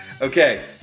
Okay